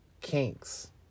Kinks